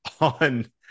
on